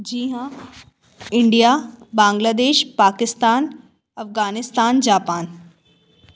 जी हाँ India Bangladesh Pakistan Afghanistan Japan